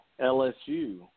LSU